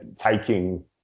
taking